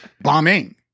bombing